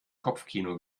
kopfkino